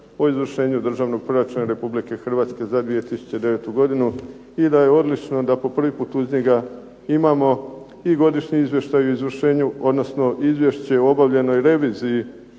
o izvršenju Državnog proračuna Republike Hrvatske za 2009. godinu i da je odlično da po prvi put uz njega imamo i Godišnji izvještaj o izvršenju odnosno Izvješće o obavljenoj reviziji